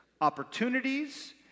opportunities